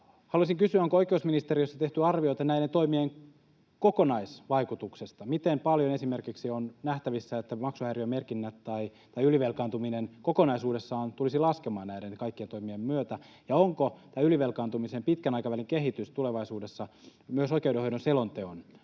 Haluaisin kysyä, onko oikeusministeriössä tehty arvioita näiden toimien kokonaisvaikutuksesta. Miten paljon on nähtävissä esimerkiksi, että maksuhäiriömerkinnät tai ylivelkaantuminen kokonaisuudessaan tulisi laskemaan näiden kaikkien toimien myötä? Ja onko ylivelkaantumisen pitkän aikavälin kehitys tulevaisuudessa myös oikeudenhoidon selonteon